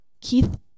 Keith